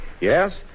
Yes